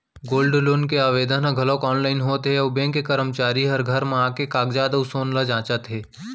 gold loan के आवेदन ह घलौक आनलाइन होत हे अउ बेंक के करमचारी ह घर म आके कागजात अउ सोन ल जांचत हे